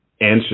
answer